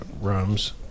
rums